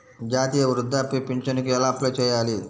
జాతీయ వృద్ధాప్య పింఛనుకి ఎలా అప్లై చేయాలి?